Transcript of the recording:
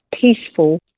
peaceful